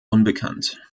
unbekannt